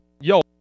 yo